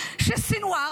שסנוואר,